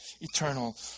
eternal